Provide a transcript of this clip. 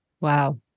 Wow